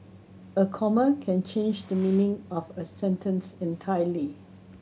a comma can change the meaning of a sentence entirely